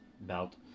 belt